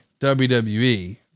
WWE